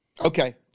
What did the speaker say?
Okay